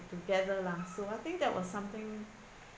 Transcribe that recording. together lah so I think that was something